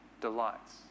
delights